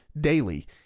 daily